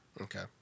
okay